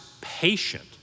patient